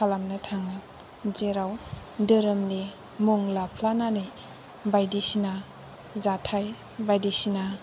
खालामनो थाङो जेराव धोरोमनि मुं लाफ्लानानै बायदिसिना जाथाय बायदिसिना